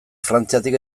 frantziatik